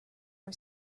are